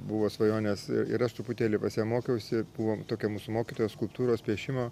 buvo svajonės ir aš truputėlį pas ją mokiausi buvo tokia mūsų mokytoja skulptūros piešimo